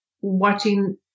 watching